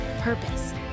purpose